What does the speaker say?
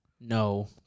No